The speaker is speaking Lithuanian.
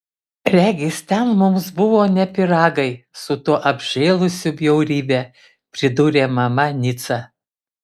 regis ten mums buvo ne pyragai su tuo apžėlusiu bjaurybe pridūrė mama nica